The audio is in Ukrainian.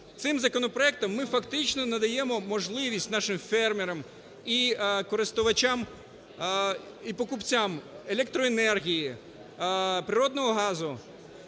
Цим законопроектом ми фактично надаємо можливість нашим фермерам і користувачам, і покупцям електроенергії, природного газу